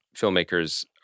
filmmakers